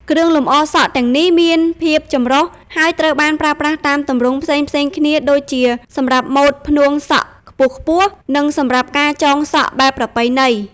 គ្រឿងលម្អសក់ទាំងនេះមានភាពចម្រុះ ហើយត្រូវបានប្រើប្រាស់តាមទម្រង់ផ្សេងៗគ្នាដូចជា សម្រាប់ម៉ូដផ្នួងសក់ខ្ពស់ៗ និងសម្រាប់ការចងសក់បែបប្រពៃណី។